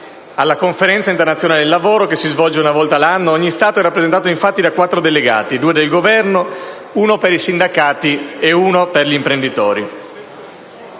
Alla Conferenza internazionale del lavoro, che si svolge una volta l'anno, ogni Stato è rappresentato infatti da quattro delegati: due del Governo, uno per i sindacati e uno per gli imprenditori.